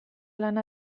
lana